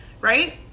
right